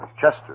Chester